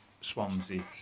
Swansea